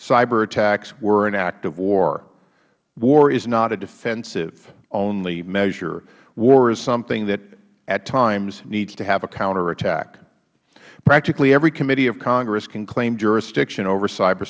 cyber attacks were an act of war war is not a defensive only measure war is something that at times needs to have a counterattack practically every committee of congress can claim jurisdiction over